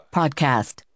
podcast